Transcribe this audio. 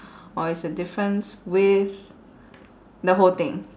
or is the difference with the whole thing